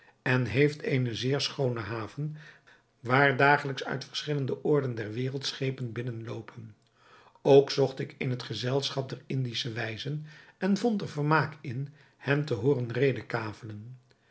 en heeft eene zeer schoone haven waar dagelijks uit verschillende oorden der wereld schepen binnen loopen ook zocht ik het gezelschap der indische wijzen en vond er vermaak in hen te hooren redekavelen